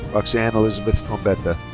roxanne elizabeth trombetta.